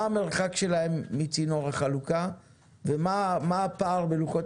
מה המרחק שלהן מצינור החלוקה ומה הפער בלוחות